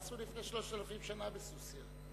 מה עשו לפני 3,000 שנה בסוסיא?